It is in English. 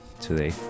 today